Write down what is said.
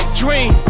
dream